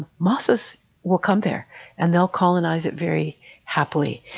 mosses will come there and they'll colonize it very happily.